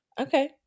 Okay